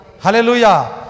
Hallelujah